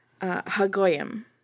Hagoyim